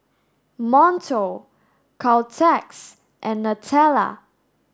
Monto Caltex and Nutella